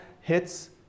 hits